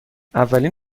اولین